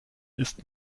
ist